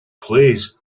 plays